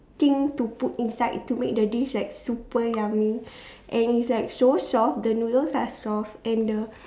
thing to put inside to make the dish like super yummy and is like so soft the noodles are soft and the